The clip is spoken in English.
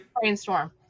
Brainstorm